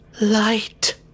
light